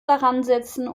daransetzen